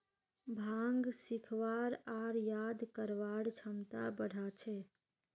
भांग सीखवार आर याद करवार क्षमता बढ़ा छे